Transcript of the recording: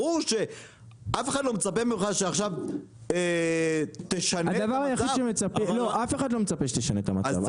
ברור שאף אחד לא מצפה ממך שעכשיו תשנה את המצב.